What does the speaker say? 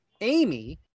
Amy